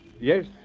Yes